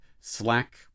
Slack